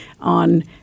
on